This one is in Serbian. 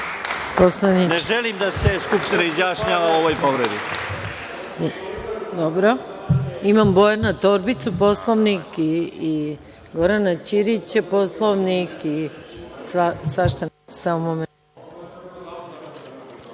Ne želim da se Skupština izjašnjava o ovoj povredi.